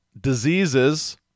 diseases